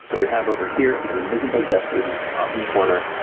so we have, over here, an invisible jester who's off in the corner.